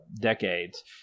decades